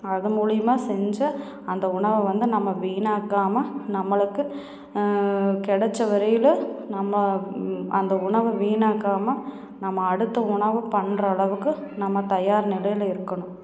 அது மூலியுமாக செஞ்சு அந்த உணவை வந்து நம்ம வீணாக்காமல் நம்மளுக்கு கிடச்ச வரையில் நம்ம அந்த உணவை வீணாக்காமல் நம்ம அடுத்த உணவை பண்ணுறளவுக்கு நம்ம தயார் நிலையில் இருக்கணும்